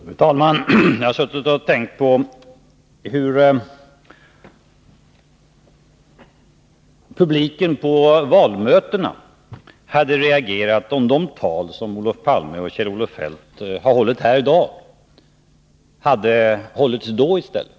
Fru talman! Jag har suttit och tänkt på hur publiken på valmötena hade reagerat om de tal som Olof Palme och Kjell-Olof Feldt har hållit här i dag hade hållits då i stället.